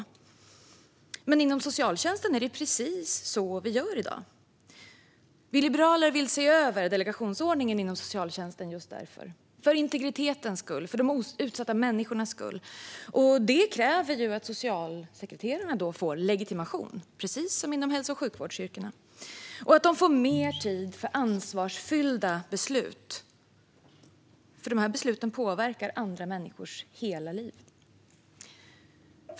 Men inom socialtjänsten är det precis så det går till. Vi liberaler vill därför se över delegationsordningen inom socialtjänsten, för integritetens och de utsatta människornas skull. Detta kräver att socialsekreterare får legitimation, precis som inom hälso och sjukvårdsyrkena, och att de får mer tid till ansvarsfyllda beslut, för dessa beslut påverkar andra människors hela liv.